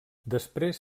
després